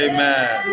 Amen